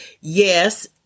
Yes